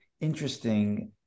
interesting